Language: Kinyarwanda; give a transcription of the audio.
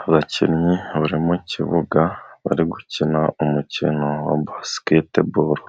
Abakinnyi bari mu kibuga bari gukina umukino wa basiketiboro,